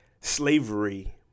slavery